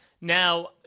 Now